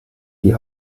die